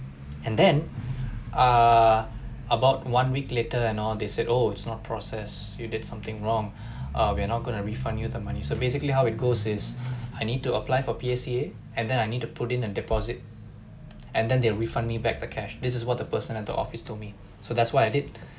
and then ah about one week later and all they said oh it's not process you did something wrong uh we're not going to refund you the money so basically how it goes is I need to apply for P_A_C_A and then I need to put in a deposit and then they'll refund me back the cash this is what the person at the office told me so that's what I did